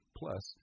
plus